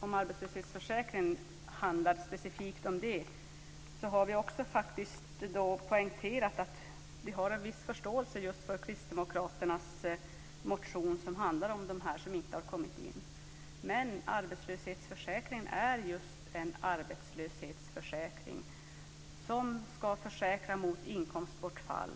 om arbetslöshetsförsäkringen handlar specifikt om det, har vi faktiskt poängterat att vi har en viss förståelse för Kristdemokraternas motion som handlar om dem som inte har kommit in. Men arbetslöshetsförsäkringen är just en arbetslöshetsförsäkring som ska försäkra mot inkomstbortfall.